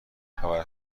گهخبر